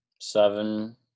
Seven